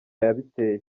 yabiteye